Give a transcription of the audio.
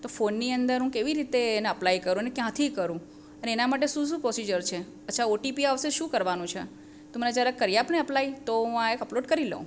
તો ફોનની અંદર હું કેવી રીતે એને એપ્લાય કરું અને ક્યાંથી કરું અને એના માટે શું શું પ્રોસિજર છે અચ્છા ઓટીપી આવશે શું કરવાનું છે તું મને જરાક કરી આપને અપ્લાય તો હું આ એક અપલોડ કરી લઉં